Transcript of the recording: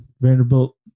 Vanderbilt